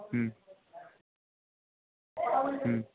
হুম হুম